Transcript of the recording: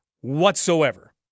whatsoever